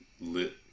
lit